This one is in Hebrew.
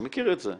אתה מכיר את זה.